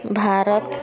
Bharat